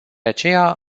aceea